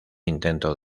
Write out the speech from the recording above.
intento